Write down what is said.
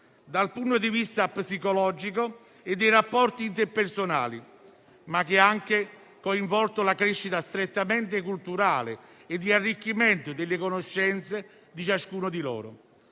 dal punto di vista psicologico e dei rapporti interpersonali. La didattica a distanza ha anche coinvolto la crescita strettamente culturale e di arricchimento delle conoscenze di ciascuno di loro.